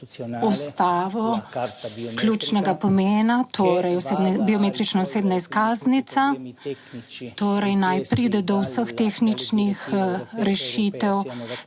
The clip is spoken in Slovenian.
Ustavo, ključnega pomena, torej osebna, biometrična osebna izkaznica. Torej naj pride do vseh tehničnih rešitev